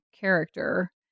character